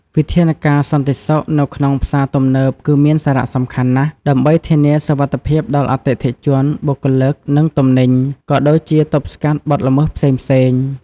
វិធានការសន្តិសុខនៅក្នុងផ្សារទំនើបគឺមានសារៈសំខាន់ណាស់ ដើម្បីធានាសុវត្ថិភាពដល់អតិថិជន បុគ្គលិក និងទំនិញ ក៏ដូចជាទប់ស្កាត់បទល្មើសផ្សេងៗ។